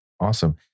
Awesome